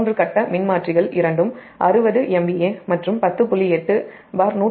மூன்று கட்ட மின்மாற்றிகள் இரண்டும் 60 MVAமற்றும் 10